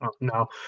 No